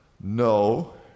no